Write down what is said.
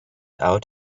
out